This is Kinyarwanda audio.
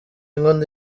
inkono